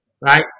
right